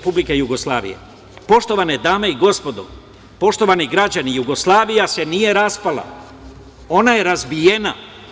Poštovane dame i gospodo, poštovani građani, Jugoslavija se nije raspala ona je razbijena.